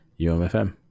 UMFM